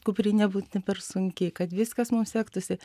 kuprinė būt nepersunki kad viskas mum sektųsi